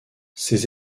ces